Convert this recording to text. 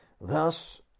Thus